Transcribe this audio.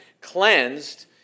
cleansed